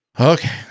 Okay